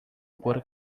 por